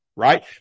Right